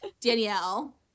Danielle